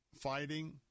fighting